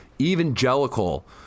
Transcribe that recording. Evangelical